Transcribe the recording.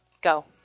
Go